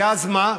ואז מה?